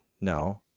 No